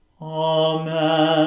Amen